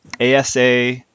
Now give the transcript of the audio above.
ASA